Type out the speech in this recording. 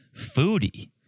foodie